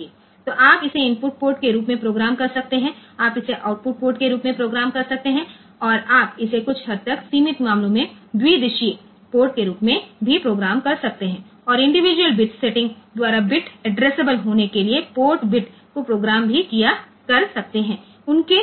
તો આપણે તેને ઇનપુટ પોર્ટ તરીકે પ્રોગ્રામ કરી શકીએ છીએ અને આપણે તેને આઉટપુટ પોર્ટ તરીકે પણ પ્રોગ્રામ કરી શકીએ છીએ અને આપણે કેટલાક કિસ્સાઓમાં કેટલાક મર્યાદિત કિસ્સામાં તેને બાયડીરેક્શનલ પોર્ટ તરીકે પણ પ્રોગ્રામ કરી શકીએ છીએ અને આપણે પૃથક બિટ્સ સેટિંગ દ્વારા બીટ એડ્રેસેબલ થવા માટે કેટલાક પોર્ટ બિટ્સ ને પ્રોગ્રામ કરી શકીએ છીએ અને તેમની